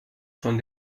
von